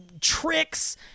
tricks